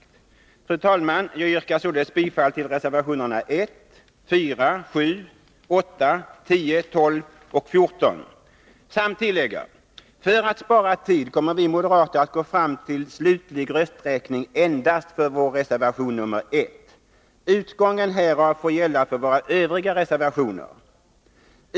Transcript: Fru talman! Jag yrkar således bifall till reservationerna nr 1, 4, 7, 8, 10, 12 och 14. För att spara tid kommer vi moderater att gå till slutlig rösträkning endast för vår reservation nr 1. Utgången härav får gälla för våra övriga reservationer.